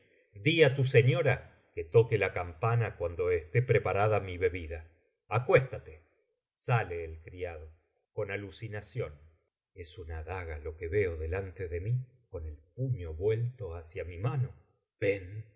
á tu señora que toque la campana cuando esté preparada mi bebida acuéstate saie ei criado con alucinación es uua daga lo quc veo delante de mí con el puño vuelto hacia mi mano ven